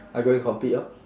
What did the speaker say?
I go and compete lor